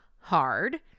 hard